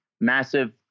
massive